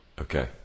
okay